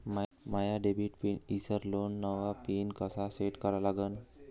माया debit PIN ईसरलो, नवा PIN कसा सेट करा लागन?